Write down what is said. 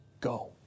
Go